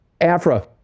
Afra